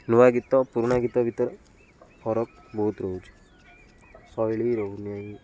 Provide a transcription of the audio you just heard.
ନୂଆ ଗୀତ ପୁରୁଣା ଗୀତ ଭିତରେ ଫରକ ବହୁତ ରହୁଛି ଶୈଳୀ ରହୁନି